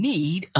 Need